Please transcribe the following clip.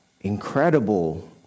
incredible